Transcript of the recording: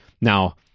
now